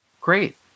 Great